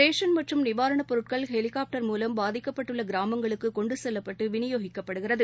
ration மற்றும் நிவாரணப் பொருட்கள் ஹெலிகாப்டர் மூலம் பாதிக்கப்பட்டுள்ள கிராமங்களுக்கு கொண்டு செல்லப்பட்டு விநியோகிக்கப்படுகிறது